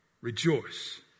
Rejoice